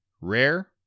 rare